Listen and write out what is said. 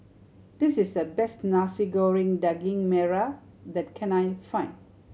this is the best Nasi Goreng Daging Merah that can I find